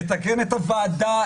לתקן את הוועדה,